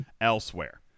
elsewhere